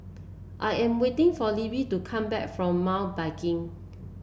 I am waiting for Libby to come back from Mountain Biking